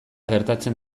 gertatzen